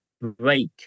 break